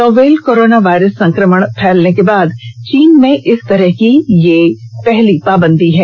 novel corona virus संक्रमण फैलने के बाद चीन में इस तरह की यह पहली पाबंदी है